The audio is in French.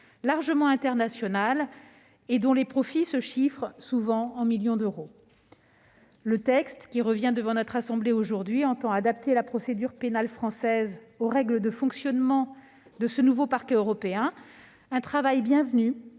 largement internationale et dont les profits se chiffrent souvent en millions d'euros. Le texte qui revient devant notre assemblée aujourd'hui entend adapter la procédure pénale française aux règles de fonctionnements de ce nouveau parquet européen. C'est un travail bienvenu,